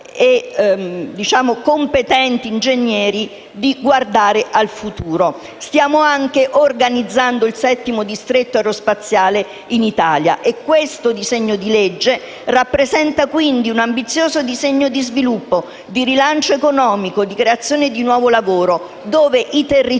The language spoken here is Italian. competenti ingegneri di guardare al futuro. Stiamo inoltre organizzando il settimo distretto aerospaziale in Italia. Il disegno di legge in esame rappresenta quindi un ambizioso disegno di sviluppo, di rilancio economico e di creazione di nuovo lavoro; in tal modo i territori